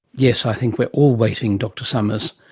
yes i think we're all waiting dr somers.